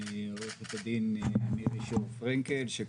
עו"ד מירי פרנקל שור,